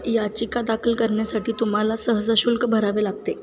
याचिका दाखल करण्यासाठी तुम्हाला सहजशुल्क भरावे लागते